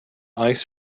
ice